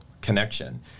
connection